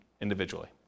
individually